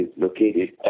located